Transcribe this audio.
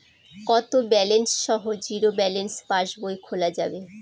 কত ব্যালেন্স সহ zero balance পাসবই খোলা যাবে?